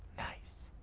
nice.